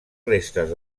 restes